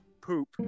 poop